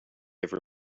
ever